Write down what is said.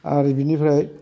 आरो बेनिफ्राय